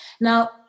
Now